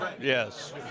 Yes